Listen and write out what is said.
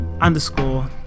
underscore